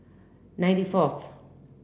ninety fourth